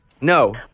No